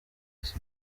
wese